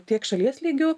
tiek šalies lygiu